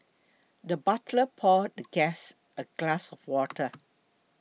the butler poured the guest a glass of water